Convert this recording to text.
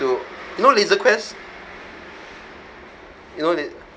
to you know laser quest you know la~